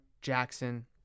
jackson